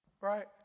Right